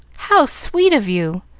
how sweet of you!